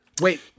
wait